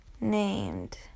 named